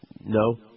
No